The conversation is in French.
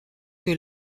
que